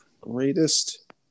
greatest